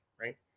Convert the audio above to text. right